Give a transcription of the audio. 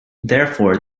therefore